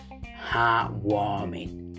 Heartwarming